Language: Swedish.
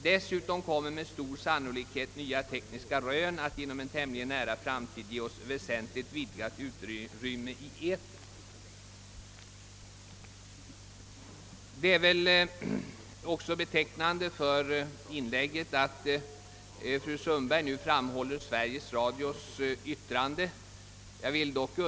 Dessutom kommer med stor sannolikhet nya tekpiska rön att inom en tämligen nära framtid ge oss väsentligt vidgat utrymme i etern.» Det är också typiskt för fru Sundbergs inlägg att hon framhåller Sveriges Radios yttrande som särskilt betänkligt.